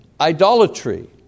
idolatry